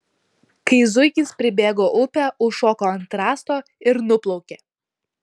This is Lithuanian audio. kai zuikis pribėgo upę užšoko ant rąsto ir nuplaukė